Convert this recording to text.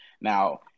Now